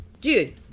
Dude